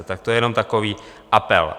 Tak to je jenom takový apel.